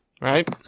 Right